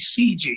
CG